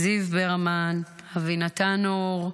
זיו ברמן, אבינתן אור,